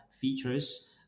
features